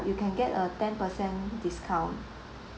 you can get a ten percent discount